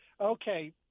Okay